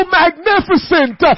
magnificent